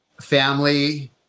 family